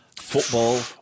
Football